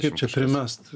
kaip čia primest